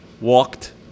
walked